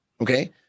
okay